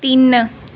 ਤਿੰਨ